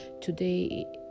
today